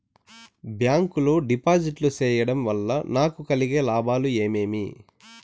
Bank లో డిపాజిట్లు సేయడం వల్ల నాకు కలిగే లాభాలు ఏమేమి?